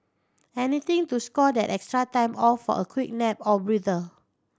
anything to score that extra time off for a quick nap or breather